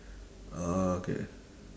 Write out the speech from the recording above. oh okay